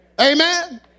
Amen